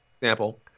example